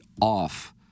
off